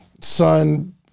son